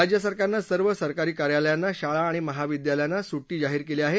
राज्य सरकारनं सर्व सरकारी कार्यालयांना शाळा आणि महाविद्यालयांना सुट्टी जाहीर केली आहे